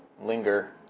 linger